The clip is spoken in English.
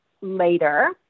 later